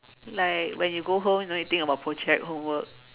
like when you go home don't need think about project homework